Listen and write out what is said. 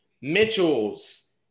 Mitchell's